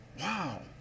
Wow